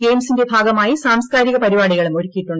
ഗെയിംസിന്റെ ഭാഗമായി സാംസ് കാരിക പരിപാടികളും ഒരുക്കൂിയിട്ടു്